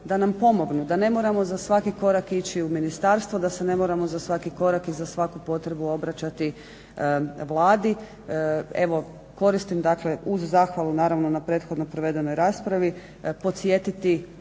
da nam pomognu, da ne moramo za svaki korak ići u ministarstvo, da se ne moramo za svaki korak i za svaku potrebu obraćati. Evo koristim dakle uz zahvalu naravno na prethodno provedenoj raspravi podsjetiti